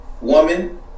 woman